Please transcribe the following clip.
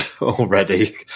already